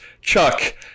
Chuck